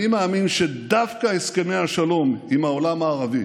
אני מאמין שדווקא הסכמי השלום עם העולם הערבי